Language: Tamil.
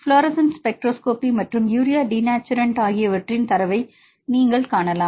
ஃப்ளோரசன் ஸ்பெக்ட்ரோஸ்கோபி மற்றும் யூரியா டினேச்சுரன்ட் ஆகியவற்றிற்கான தரவை நீங்கள் காணலாம்